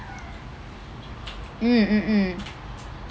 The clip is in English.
mm mm mm